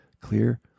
clear